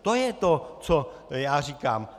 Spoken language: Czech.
To je to, co já říkám.